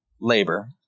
labor